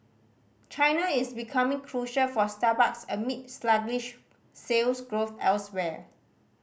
China is becoming crucial for Starbucks amid sluggish sales growth elsewhere